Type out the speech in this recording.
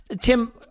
Tim